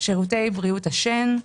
שירותי בריאות השן,